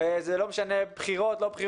לא משנה בחירות או לא,